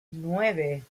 nueve